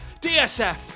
DSF